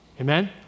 Amen